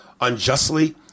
unjustly